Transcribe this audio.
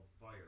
Fire